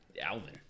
Alvin